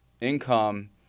income